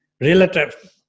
relative